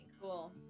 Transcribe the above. Cool